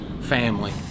family